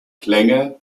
klänge